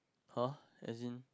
!huh! as in